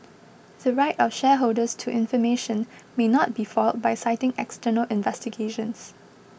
the right of shareholders to information may not be foiled by citing external investigations